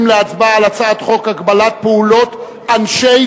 להצבעה על הצעת חוק הגבלת פעולות אנשי